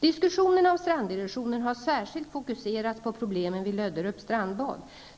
Diskussionerna om stranderosionen har särskilt fokuserats på problemen vid Löderups strandbad.